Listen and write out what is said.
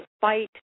fight